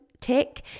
tick